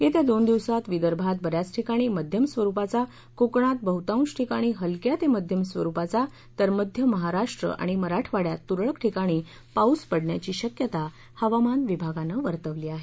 येत्या दोन दिवसात विदर्भात ब याच ठिकाणी मध्यम स्वरुपाचा कोकणात बहतांश ठिकाणी हलक्या ते मध्यम स्वरूपाचा तर मध्य महाराष्ट्र आणि मराठवाङ्यात तुरळक ठिकाणी पाऊस पडण्याची शक्यता हवामान विभागानं वर्तवली आहे